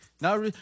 Now